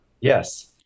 Yes